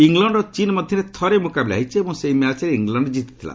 England ଓ ଚୀନ୍ ମଧ୍ୟରେ ଥରେ ମୁକାବିଲା ହୋଇଛି ଏବଂ ସେହି ମ୍ୟାଚ୍ରେ ଇଂଲଣ୍ଡ କିତିଥିଲା